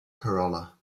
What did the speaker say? corolla